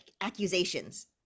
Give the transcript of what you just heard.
accusations